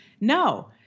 No